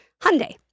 Hyundai